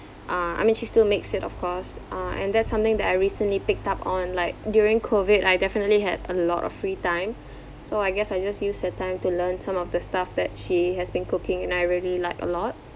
uh I mean she still makes it of course uh and that's something that I recently picked up on like during COVID I definitely had a lot of free time so I guess I just use that time to learn some of the stuff that she has been cooking and I really like a lot